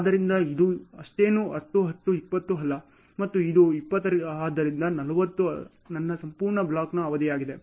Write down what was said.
ಆದ್ದರಿಂದ ಇದು ಅಷ್ಟೇನೂ 1010 20 ಅಲ್ಲ ಮತ್ತು ಇದು 20 ಆದ್ದರಿಂದ 40 ನನ್ನ ಸಂಪೂರ್ಣ ಬ್ಲಾಕ್ನ ಅವಧಿಯಾಗಿದೆ